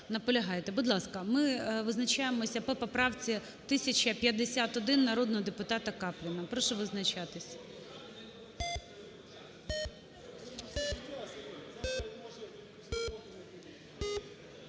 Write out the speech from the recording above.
Наполягаєте. Будь ласка, ми визначаємося по поправці 1051 народного депутата Капліна. Прошу визначатись.